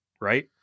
Right